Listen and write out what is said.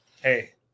Hey